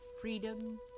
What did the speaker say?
freedom